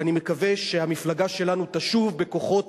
ואני מקווה שהמפלגה שלנו תשוב בכוחות